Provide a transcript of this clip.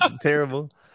Terrible